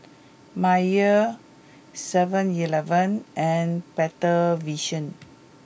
Mayer seven eleven and Better Vision